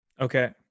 Okay